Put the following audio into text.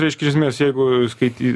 reiškia esmės jeigu skaity